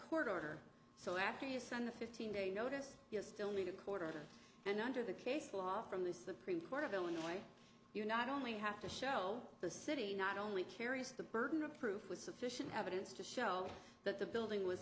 court order so after you send the fifteen day notice you still need a quarter and under the case law from the supreme court of illinois you not only have to show the city not only carries the burden of proof with sufficient evidence to show that the building was